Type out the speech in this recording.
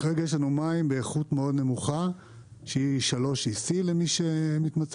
כרגע יש לנו מים באיכות מאוד נמוכה שהיא 3ec למי שמתמצא